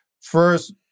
First